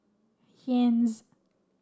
Heinz